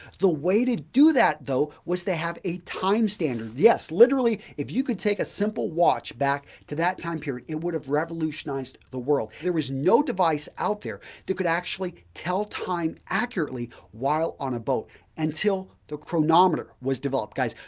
the way to do that though was to have a time standard. yes, literally if you could take a simple watch back to that time period, it would have revolutionized the world. there was no device out there that could actually tell time accurately while on a boat until the chronometer was developed guys.